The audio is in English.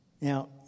Now